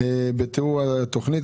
בתיאור התוכנית,